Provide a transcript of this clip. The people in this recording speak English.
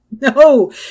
no